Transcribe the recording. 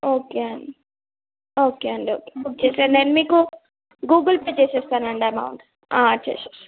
okay అండి okay అండి okay book చేసేయండి నేను మీకు గూగుల్ పే చేసేస్తానండి అమౌంట్ ఆ చేసేస్తా